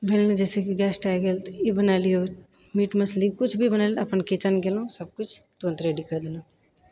घरमे जैसे कि गेस्ट आबि गेल तऽ ई बनाय लियौ मीट मछली कुछ भी बना लियऽ अपन किचन गेलौहुँ सब किछु तुरन्त रेडी करि देलौहुँ